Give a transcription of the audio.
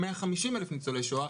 או 150 אלף ניצולי שואה.